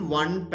one